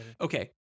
Okay